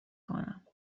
کنم